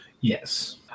yes